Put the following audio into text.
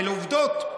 אלה עובדות.